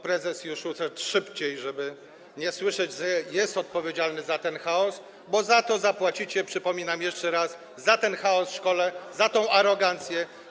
Prezes już wyszedł, szybciej, żeby nie słyszeć, że jest odpowiedzialny za ten chaos, bo zapłacicie, przypominam jeszcze raz, za ten chaos w szkole, za tę arogancję.